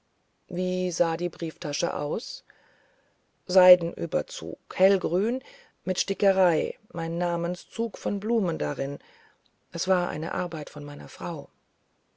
wie sah die brieftasche aus seidenüberzug hellgrün mit stickerei mein namenszug von blumen darin es war eine arbeit von meiner frau